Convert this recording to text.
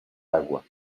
agua